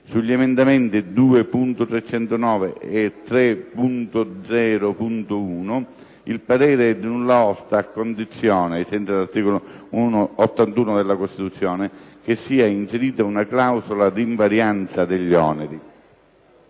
Sugli emendamenti 2.309 e 3.0.1, il parere è di nulla osta a condizione, ai sensi dell'articolo 81 della Costituzione, che sia inserita una clausola d'invarianza degli oneri».